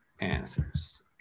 answers